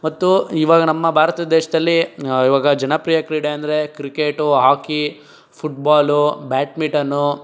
ಮತ್ತು ಇವಾಗ ನಮ್ಮ ಭಾರತ ದೇಶದಲ್ಲಿ ಇವಾಗ ಜನಪ್ರಿಯ ಕ್ರೀಡೆ ಅಂದ್ರೆ ಕ್ರಿಕೆಟು ಹಾಕಿ ಫುಟ್ಬಾಲು ಬಾಟ್ಮಿಟನ್ನು